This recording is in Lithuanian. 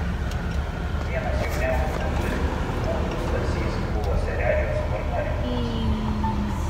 vienas jauniausių padleckių sūnų stasys buvo seredžiaus vargonininkas